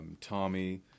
Tommy